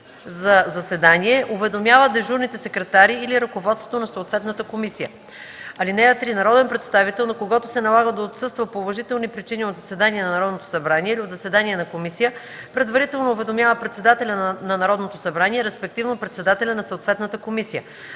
за заседание, уведомява дежурните секретари или ръководството на съответната комисия. (3) Народен представител, на когото се налага да отсъства по уважителни причини от заседание на Народното събрание или от заседание на комисия, предварително уведомява председателя на Народното събрание, респективно председателя на съответната комисия.